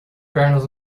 pernas